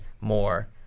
more